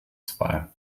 zwei